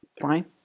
Fine